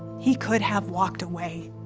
he could have walked away,